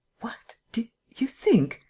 what. do you think.